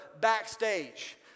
backstage